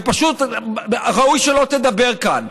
ופשוט ראוי שלא תדבר כאן.